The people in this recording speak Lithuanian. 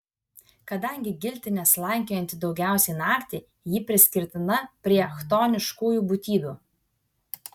kadangi giltinė slankiojanti daugiausiai naktį ji priskirtina prie chtoniškųjų būtybių